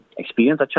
experience